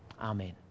Amen